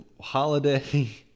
Holiday